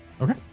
Okay